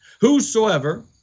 Whosoever